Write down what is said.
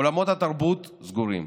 אולמות התרבות סגורים.